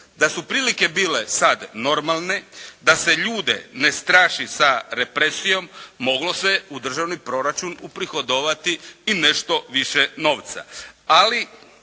Da su prilike bile sad normalne, da se ljude ne straši sa represijom moglo se u državni proračun uprihodovati i nešto više novca. Ali